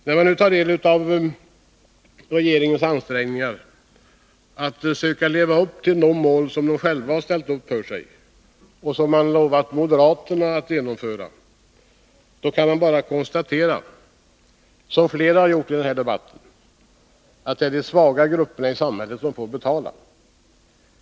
När man nu tar del av regeringens ansträngningar att leva upp till de mål som den har ställt upp för sig och lovat moderaterna att genomföra kan man bara konstatera — vilket flera har gjort i den här debatten — att det är de svaga grupperna i samhället som får betala.